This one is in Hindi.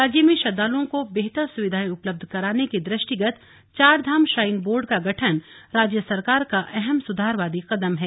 राज्य में श्रद्वालुओं को बेहतर सुविधाएं उपलब्ध कराने के दृष्टिगत चारधाम श्राइन बोर्ड का गठन राज्य सरकार का अहम सुधारवादी कदम है